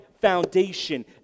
foundation